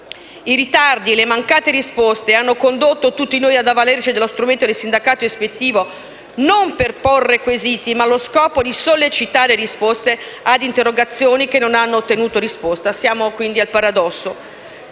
I ritardi e le mancate risposte hanno condotto tutti noi ad avvalerci dello strumento del sindacato ispettivo non per porre quesiti, ma allo scopo di sollecitare risposte ad interrogazioni che non hanno ottenuto risposta: siamo quindi al paradosso.